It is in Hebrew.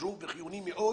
וחיוני מאוד